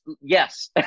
yes